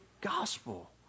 gospel